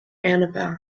annabelle